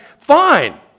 fine